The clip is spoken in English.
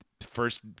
first